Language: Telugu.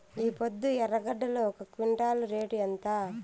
ఈపొద్దు ఎర్రగడ్డలు ఒక క్వింటాలు రేటు ఎంత?